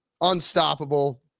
unstoppable